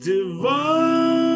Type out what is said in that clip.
Divine